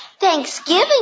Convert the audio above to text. Thanksgiving